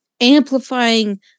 amplifying